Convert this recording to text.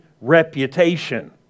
reputation